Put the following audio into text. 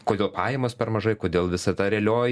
kodėl pajamas per mažai kodėl visa ta realioji